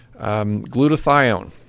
Glutathione